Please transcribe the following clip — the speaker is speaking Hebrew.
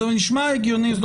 זה נשמע הגיוני.